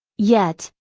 yet,